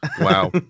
Wow